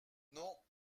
non